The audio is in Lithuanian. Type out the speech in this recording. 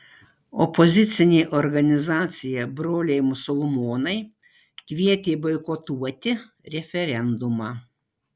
opozicinė organizacija broliai musulmonai kvietė boikotuoti referendumą